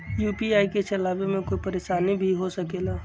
UPI के चलावे मे कोई परेशानी भी हो सकेला?